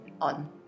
on